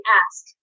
ask